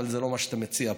אבל זה לא מה שאתה מציע פה,